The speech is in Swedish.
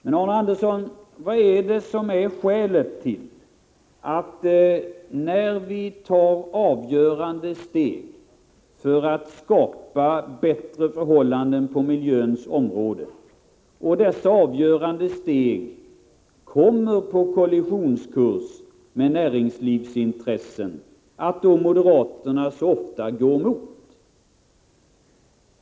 Men, Arne Andersson, vad är skälet till att moderaterna ofta går emot när vi tar avgörande steg för att skapa bättre förhållanden på miljöns område och dessa avgörande steg kommer på kollisionskurs med näringslivets intressen?